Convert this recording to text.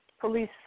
police